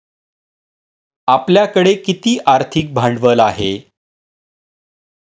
आपल्याकडे किती आर्थिक भांडवल आहे?